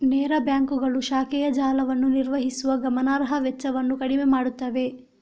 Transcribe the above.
ನೇರ ಬ್ಯಾಂಕುಗಳು ಶಾಖೆಯ ಜಾಲವನ್ನು ನಿರ್ವಹಿಸುವ ಗಮನಾರ್ಹ ವೆಚ್ಚವನ್ನು ಕಡಿಮೆ ಮಾಡುತ್ತವೆ